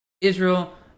Israel